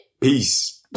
Peace